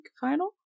final